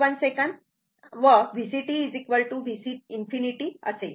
1 second व VCt VC ∞ असेल